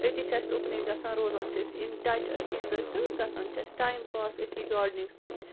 أتی چھِ اَسہِ اُکنٕے گَژھان روزان چھِ أسۍ اِن ٹچ أتھی سۭتۍ تہٕ گَژھان چھِ اَسہِ ٹایم پاس أتھی گاڈنِنٛگ سۭتۍ